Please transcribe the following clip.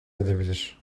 edebilir